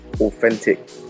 authentic